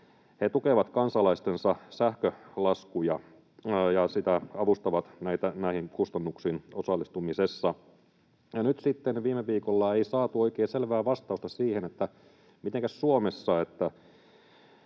tukevat kansalaistensa sähkölaskuja ja avustavat näihin kustannuksiin osallistumisessa. Ja nyt sitten viime viikolla ei saatu oikein selvää vastausta siihen, että mitenkäs Suomessa,